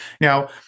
Now